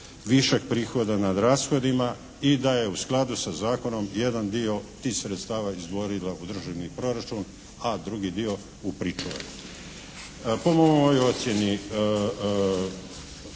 višak prihoda nad rashodima i da je u skladu sa zakonom jedan dio tih sredstava izdvojila u državni proračun, a drugi dio u pričuve. Po mojoj ocijeni